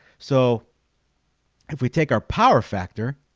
so if we take our power factor